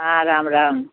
हाँ राम राम